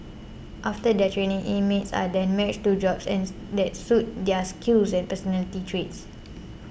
after their training inmates are then matched to jobs and that suit their skills and personality traits